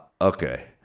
Okay